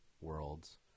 worlds